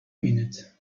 minute